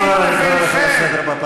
ראש הממשלה, לפני ארבעה